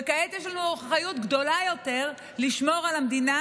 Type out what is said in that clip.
וכעת יש לנו אחריות גדולה יותר לשמור על המדינה,